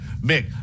Mick